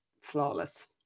flawless